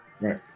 Right